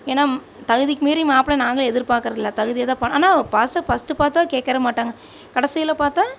ஏன்னா தகுதிக்கு மீறி மாப்பிளை நாங்களும் எதிர்பார்க்குறது இல்லை தகுதியைதான் ஆனால் பஸ்ட் பார்த்தா கேக்க மாட்டாங்க கடைசியில் பார்த்தா